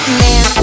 man